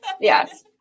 Yes